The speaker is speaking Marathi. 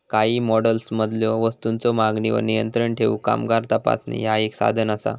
काही मॉडेल्समधलो वस्तूंच्यो मागणीवर नियंत्रण ठेवूक कामगार तपासणी ह्या एक साधन असा